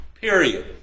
period